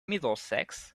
middlesex